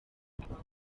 abagore